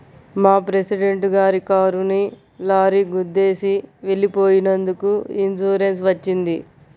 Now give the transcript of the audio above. మా ప్రెసిడెంట్ గారి కారుని లారీ గుద్దేసి వెళ్ళిపోయినందుకు ఇన్సూరెన్స్ వచ్చింది